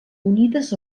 unides